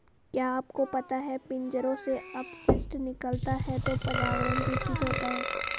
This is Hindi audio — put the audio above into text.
क्या आपको पता है पिंजरों से अपशिष्ट निकलता है तो पर्यावरण दूषित होता है?